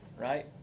right